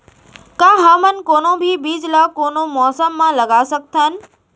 का हमन कोनो भी बीज ला कोनो मौसम म लगा सकथन?